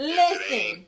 listen